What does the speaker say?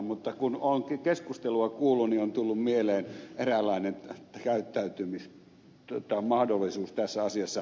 mutta kun on keskustelua kuullut on tullut mieleen eräänlainen käyttäytymismahdollisuus tässä asiassa